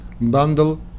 bundle